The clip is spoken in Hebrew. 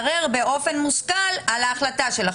ולערער באופן מושכל על ההחלטה שלכם.